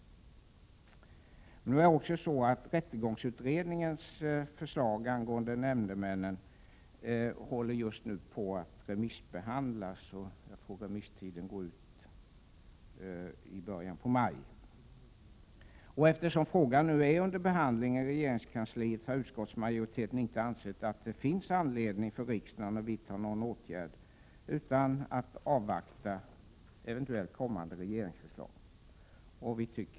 Rättegångsutredningens förslag angående nämndemännen håller just nu på att remissbehandlas, och jag tror att remisstiden går ut i början av maj. Eftersom frågan är under behandling i regeringskansliet, har utskottsmajoriteten inte ansett att det finns anledning för riksdagen att vidta någon åtgärd utan att vi kan avvakta eventuellt kommande regeringsförslag.